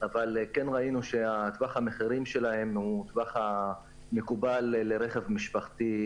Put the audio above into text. אבל כן ראינו שטווח המחירים שלהם הוא הטווח המקובל לרכב משפחתי,